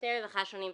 שירותי רווחה שונים.